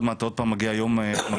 עוד מעט עוד פעם מגיע יום התמכרויות,